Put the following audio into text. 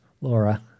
Laura